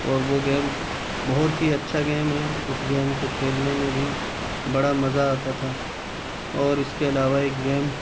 اور وہ گیم بہت ہی اچھا گیم ہے اس گیم کو کھیلنے میں بھی بڑا مزہ آتا تھا اور اس کے علاوہ ایک گیم